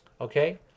Okay